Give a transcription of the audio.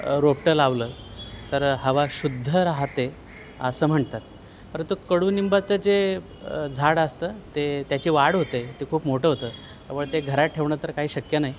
रोपटं लावलं तर हवा शुद्ध राहतेे असं म्हणतात परंतु कडुनिंबाचं जे झाड असतं ते त्याची वाढ होते ते खूप मोठं होतं पण ते घरात ठेवणं तर काही शक्य नाही